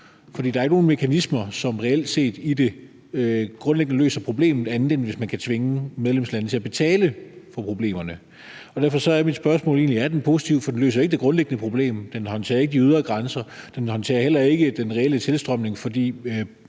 For det der er ikke nogen mekanismer i det, som reelt set og grundlæggende løser problemet, andet end hvis man kan tvinge medlemslandene til at betale for at løse problemerne. Derfor er mit spørgsmål egentlig, om den er positiv. For den løser ikke det grundlæggende problem, den håndterer ikke de ydre grænser, og den håndterer heller ikke den reelle tilstrømning. For